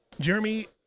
jeremy